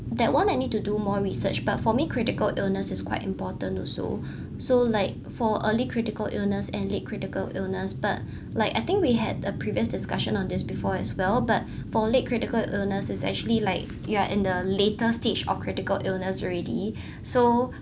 that one I need to do more research but for me critical illness is quite important also so like for early critical illness and late critical illness but like I think we had a previous discussion on this before as well but for late critical illness is actually like you are in the later stage of critical illnesses already so